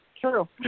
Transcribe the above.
True